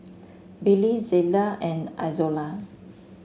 Billy Zela and Izola